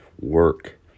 work